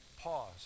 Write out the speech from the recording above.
pause